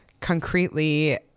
concretely